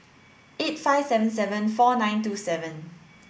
eight five seven seven four nine two seven